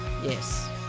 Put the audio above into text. Yes